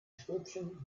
stäbchen